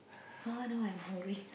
!huh! now I'm hungry